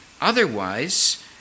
Otherwise